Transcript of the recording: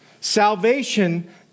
salvation